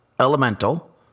elemental